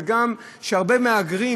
וגם הרבה מהגרים,